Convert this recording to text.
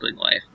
life